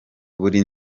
buri